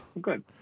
Good